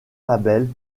label